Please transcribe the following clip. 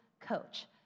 coach